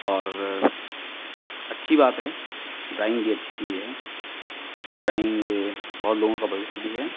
और अच्छी बात है ड्राइंग भी अच्छी चीज़ है ड्राइंग यह बहुत लोगों का भविष्य भी है